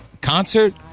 concert